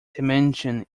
dimension